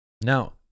Now